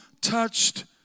touched